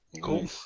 Cool